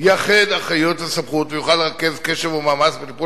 יאחד אחריות וסמכות ויוכל לרכז קשב ומאמץ בטיפול